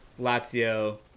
Lazio